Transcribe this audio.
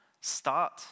Start